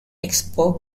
expo